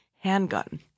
handgun